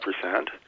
percent